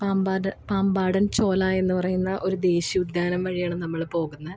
പാമ്പാടൻ ചോല എന്ന് പറയുന്ന ഒരു ദേശീയ ഉദ്യാനം വഴിയാണ് നമ്മള് പോകുന്നെ